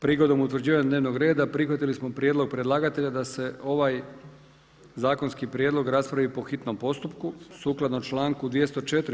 Prigodom utvrđivanja dnevnog reda prihvatili smo prijedlog predlagatelja da se ovaj zakonski prijedlog raspravi po hitnom postupku sukladno članku 204.